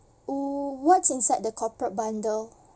w~ what's inside the corporate bundle